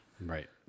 right